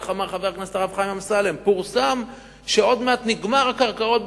איך אמר חבר הכנסת הרב חיים אמסלם: פורסם שעוד מעט נגמר מלאי הקרקעות,